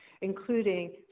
including